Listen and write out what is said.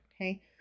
Okay